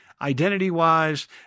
identity-wise